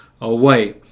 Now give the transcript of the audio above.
away